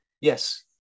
yes